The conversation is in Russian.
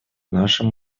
нашим